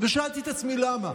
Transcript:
ושאלתי את עצמי למה.